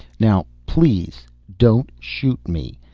now please, don't shoot me.